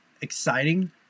exciting